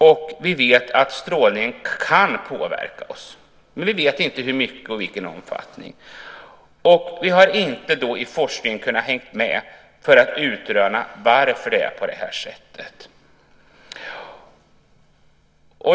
Vi vet också att strålning kan påverka oss, men vi vet inte hur mycket och i vilken omfattning. Vi har, vad gäller forskningen, inte kunnat hänga med och kunnat utröna varför det är på det här sättet.